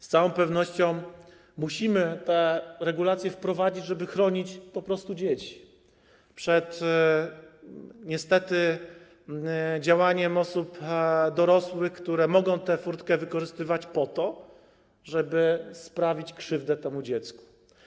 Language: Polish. Z całą pewnością musimy te regulacje wprowadzić, żeby chronić po prostu dzieci przed działaniem osób dorosłych, które mogą tę furtkę wykorzystywać po to, żeby sprawić krzywdę temu dziecku.